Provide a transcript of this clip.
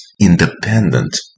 Independent